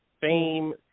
fame